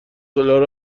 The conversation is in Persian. دلار